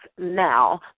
now